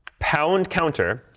pound counter,